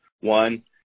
One